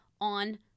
on